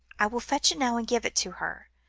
i will fetch it now and give it to her,